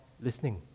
listening